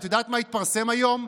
ואת יודעת מה התפרסם היום?